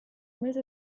mese